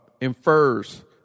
infers